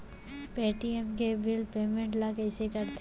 Paytm के bill payment ल कइसे करथे?